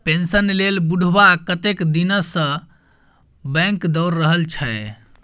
pension लेल बुढ़बा कतेक दिनसँ बैंक दौर रहल छै